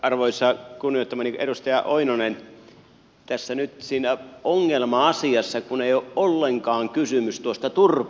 arvoisa kunnioittamani edustaja oinonen siinä ongelma asiassa kun ei nyt ole ollenkaan kysymys tuosta turpeesta